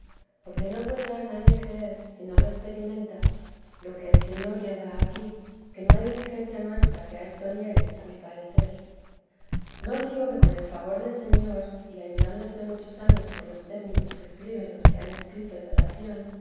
perfección porque'no podrá nadie creer si no lo experimenta lo que el señor le da aquí que no hay diligencia nuestra que a esto llegue a mi parecer no digo que con el favor del señor ayudándose muchos años por los términos que escriben los que han escrito de oración